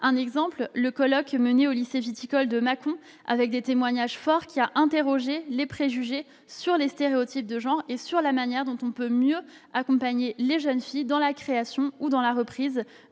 Un exemple : le colloque mené au lycée viticole de Mâcon, avec des témoignages forts, posant la question des préjugés sur les stéréotypes de genre et la manière dont on peut mieux accompagner les jeunes filles dans la création ou la reprise